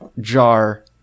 jar